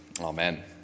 Amen